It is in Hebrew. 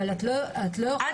אבל את לא יכולה לעשות שימוע --- את